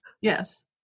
Yes